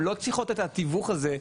הן לא צריכות את התיווך הזה,